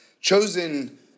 chosen